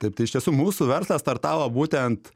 taip tai iš tiesų mūsų verslas startavo būtent